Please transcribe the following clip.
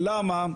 למה?